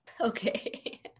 Okay